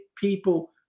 people